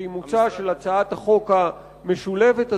שאימוצה של הצעת החוק המשולבת הזאת,